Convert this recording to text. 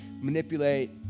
manipulate